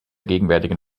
gegenwärtigen